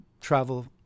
travel